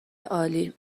عالی